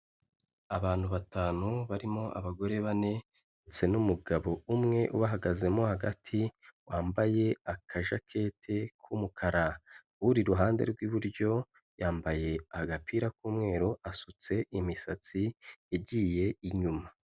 Abantu batanu barimo abagore bane ndetse n'umugabo umwe ubahagazemo hagati wambaye akajaketi k'umukara. Uri iruhande rw'iburyo yambaye agapira k'umweru asutse imisatsi igiye inyuma.